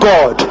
God